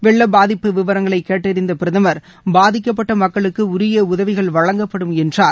வெள்ளப் பாதிப்பு விவரங்களை கேட்டறிந்த பிரதமர் பாதிக்கப்பட்ட மக்களுக்கு உரிய உதவிகள் வழங்கப்படும் என்றார்